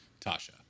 Tasha